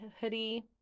hoodie